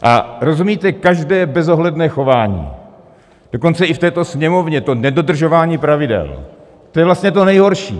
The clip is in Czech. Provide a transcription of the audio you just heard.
A rozumíte, každé bezohledné chování, dokonce i v této Sněmovně, to nedodržování pravidel, to je vlastně to nejhorší.